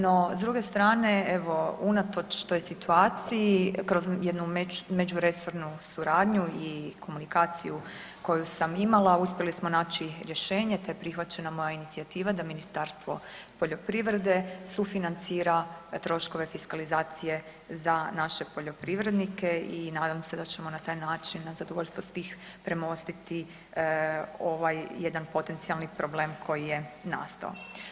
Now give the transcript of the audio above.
No, s druge strane evo unatoč toj situaciji, kroz jednu međuresornu suradnju i komunikaciju koju sam imala, uspjeli smo naći rješenje te prihvaćena moja inicijativa da Ministarstvo poljoprivrede sufinancira troškove fiskalizacije za naše poljoprivrednike i nadam se da ćemo na taj način na zadovoljstvo svih premostiti ovaj jedan potencijalni problem koji je nastao.